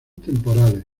temporales